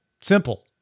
Simple